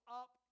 up